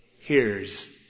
Hears